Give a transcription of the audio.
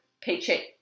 paycheck